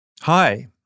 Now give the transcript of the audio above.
Hi